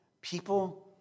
people